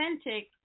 authentic